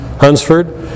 Hunsford